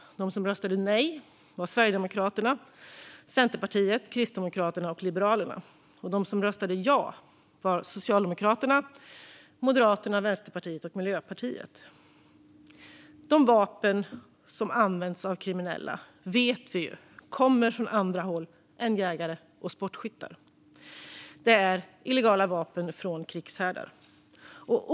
De som röstade nej var Sverigedemokraterna, Centerpartiet, Kristdemokraterna och Liberalerna. De som röstade ja var Socialdemokraterna, Moderaterna, Vänsterpartiet och Miljöpartiet. Vi vet att de vapen som används av kriminella kommer från andra håll än jägare och sportskyttar. Det är illegala vapen från krigshärdar.